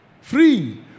Free